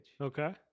Okay